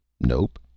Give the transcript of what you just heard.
Nope